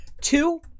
two